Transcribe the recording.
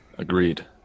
Agreed